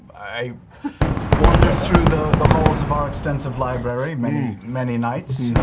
i wandered through the the halls of our extensive library many many nights.